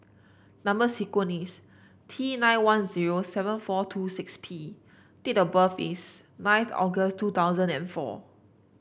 number sequence is T nine one zero seven four two six P date of birth is ninth August two thousand and four